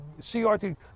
CRT